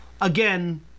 again